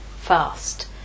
fast